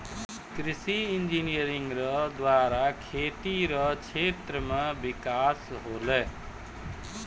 कृषि इंजीनियरिंग रो द्वारा खेती रो क्षेत्र मे बिकास होलै